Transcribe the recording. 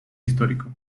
histórico